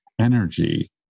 energy